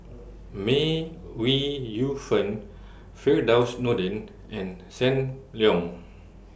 May We Yu Fen Firdaus Nordin and SAM Leong